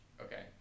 okay